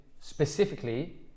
specifically